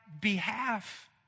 behalf